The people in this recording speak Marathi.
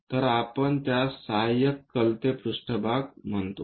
तर आपण त्यास सहाय्यक कलते पृष्ठभाग म्हणतो